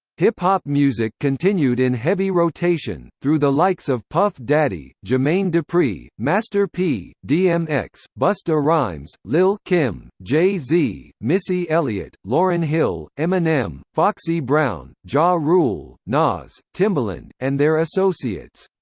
hip-hop music continued in heavy rotation, through the likes of puff daddy, jermaine dupri, master p, dmx, busta rhymes, lil' kim, jay-z, missy elliott, lauryn hill, eminem, foxy brown, ja rule, nas, timbaland, and their associates.